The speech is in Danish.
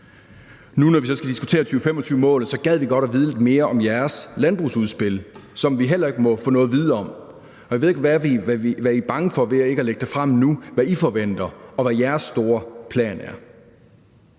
vi så nu skal diskutere 2025-målet, gad vi godt vide lidt mere om jeres landbrugsudspil, som vi heller ikke må få noget at vide om. Jeg ved ikke, hvad I er bange for ved at lægge det frem nu, altså hvad I forventer, og hvad jeres store plan er.